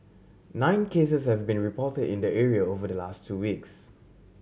nine cases have been report in the area over the last two weeks